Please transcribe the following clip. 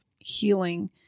healing